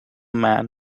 man